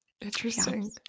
Interesting